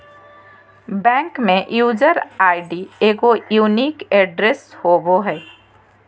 bank में user ID एगो unique address होबो हइ